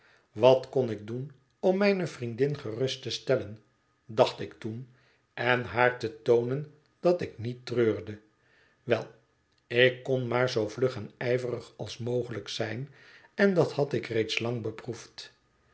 wat kon ik doen om mijne vriendin gerust te stellen dacht ik toen en haar te toonen dat ik niét treurde wel ik kon maar zoo vlug en ijverig als mogelijk zijn en dat had ik reeds lang beproefd